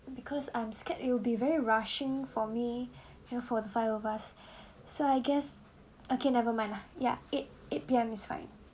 because I'm scared it will be very rushing for me feel for the five of us so I guess okay never mind lah ya eight eight P_M is fine